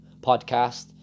podcast